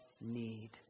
need